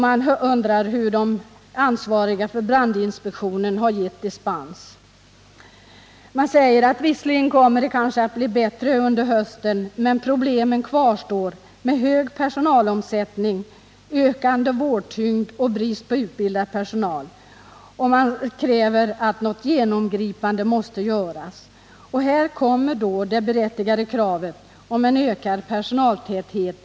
Har ansvariga för brandinspektionen gett dispens?” Man säger vidare att det kanske visserligen kommer att bli bättre under hösten, men problemen kvarstår med hög personalomsättning, ökande vårdtyngd och brist på utbildad personal. Något genomgripande måste göras. Här kommer då det berättigade kravet på en ökad personaltäthet.